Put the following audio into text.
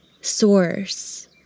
source